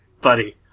buddy